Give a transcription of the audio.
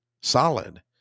solid